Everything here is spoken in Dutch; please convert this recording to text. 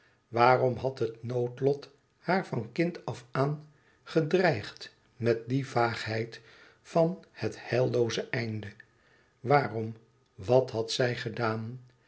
waarom had het noodlot haar van kind af aan gedreigd met die vaagheid van het heillooze einde waarom wat had zij gedaan